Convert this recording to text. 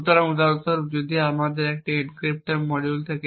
সুতরাং উদাহরণস্বরূপ যদি আমাদের এখানে একটি এনক্রিপ্টর মডিউল থাকে